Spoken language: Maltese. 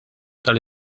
tal